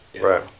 Right